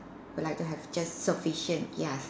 like to have just sufficient ya